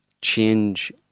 change